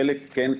חלק כן.